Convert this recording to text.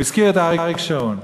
הוא הזכיר את אריק שרון.